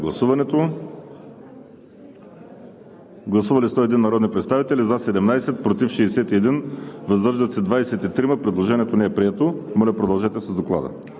на нов § 12. Гласували 101 народни представители: за 17, против 61, въздържали се 23. Предложението не е прието. Моля, продължете с Доклада.